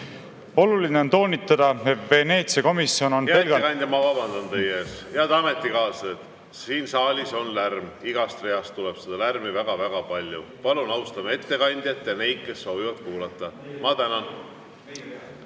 Oluline on toonitada, et Veneetsia komisjon on jäigalt … Hea ettekandja, ma vabandan teie ees. Head ametikaaslased, siin saalis on lärm. Igast reast tuleb seda lärmi väga-väga palju. Palun austame ettekandjat ja neid, kes soovivad kuulata. Ma tänan.